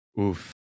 Oof